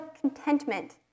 contentment